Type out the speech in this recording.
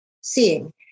seeing